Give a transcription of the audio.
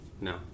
no